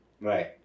Right